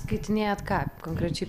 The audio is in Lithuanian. skaitinėjat ką konkrečiai